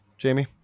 Jamie